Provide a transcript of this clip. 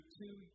two